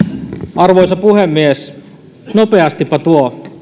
arvoisa puhemies nopeastipa tuo